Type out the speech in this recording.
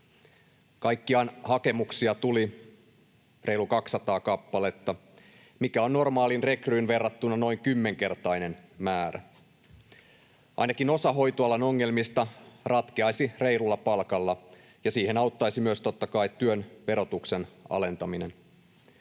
Kaikkiaan hakemuksia tuli reilu 200 kappaletta, mikä on normaalin rekryyn verrattuna noin kymmenkertainen määrä. Ainakin osa hoitoalan ongelmista ratkeaisi reilulla palkalla, ja siihen auttaisi totta kai myös työn verotuksen alentaminen.